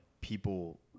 people